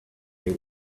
they